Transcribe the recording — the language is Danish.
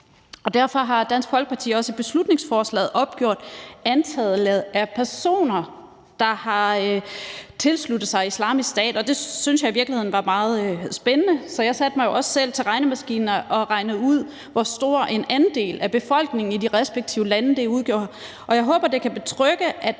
Derfor har Dansk Folkeparti også i beslutningsforslaget opgjort antallet af personer, der har tilsluttet sig Islamisk Stat. Det syntes jeg i virkeligheden var meget spændende, så jeg satte mig også selv til regnemaskinen og regnede ud, hvor stor en andel af befolkningen i de respektive lande det udgjorde. Og jeg håber, det kan betrygge, at